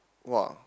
!wah!